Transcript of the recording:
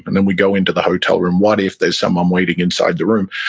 but then we go into the hotel room. what if there's someone waiting inside the room?